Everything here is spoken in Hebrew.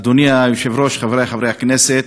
אדוני היושב-ראש, חברי חברי הכנסת,